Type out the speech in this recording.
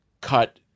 cut